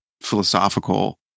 philosophical